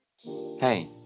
Hey